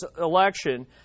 election